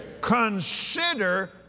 Consider